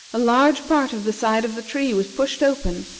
a large part of the side of the tree was pushed open,